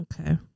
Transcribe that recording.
Okay